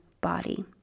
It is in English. body